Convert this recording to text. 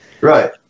Right